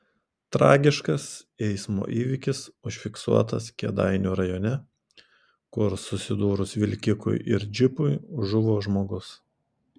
tragiškas eismo įvykis užfiksuotas kėdainių rajone kur susidūrus vilkikui ir džipui žuvo žmogus